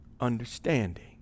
understanding